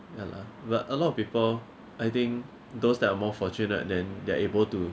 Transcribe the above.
ya lah but a lot of people I think those that are more fortunate then they're able to